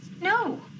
No